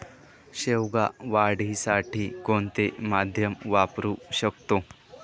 शेवगा वाढीसाठी कोणते माध्यम वापरु शकतो?